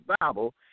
Bible